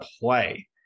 play